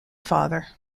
father